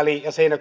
lisätty saksassa